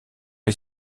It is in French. est